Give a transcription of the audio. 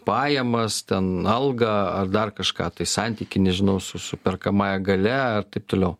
pajamas ten algą ar dar kažką tai santykį nežinau su su perkamąja galia ir taip toliau